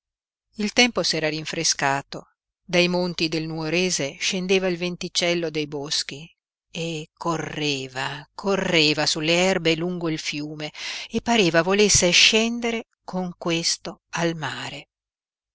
il tempo s'era rinfrescato dai monti del nuorese scendeva il venticello dei boschi e correva correva sulle erbe lungo il fiume e pareva volesse scendere con questo al mare